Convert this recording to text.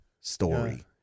story